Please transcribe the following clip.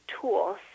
tools